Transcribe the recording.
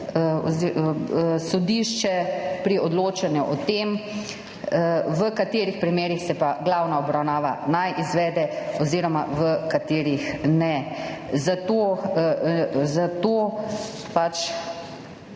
sodišče pri odločanju o tem, v katerih primerih se pa glavna obravnava naj izvede oziroma v katerih ne. Zato